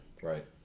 Right